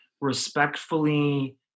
respectfully